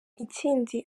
ikindi